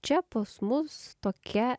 čia pas mus tokia